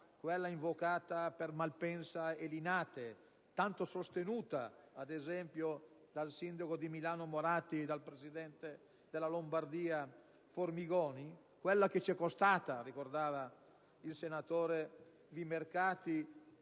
quella invocata per Malpensa e Linate, tanto sostenuta ad esempio dal sindaco di Milano Moratti e dal presidente della Lombardia Formigoni, quella che ci è costata, come ricordava il collega Vimercati,